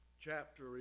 chapter